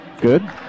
Good